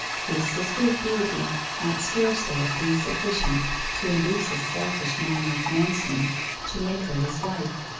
his sister's beauty might scarcely have been sufficient to induce a selfish man like manston to make her his wife,